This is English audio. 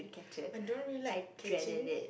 I don't really like catching